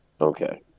Okay